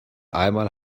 einmal